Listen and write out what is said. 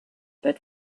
but